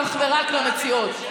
אך ורק למציעות.